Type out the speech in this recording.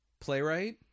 playwright